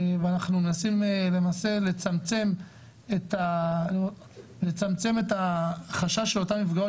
אנחנו מנסים למעשה לצמצם את החשש של אותן נפגעות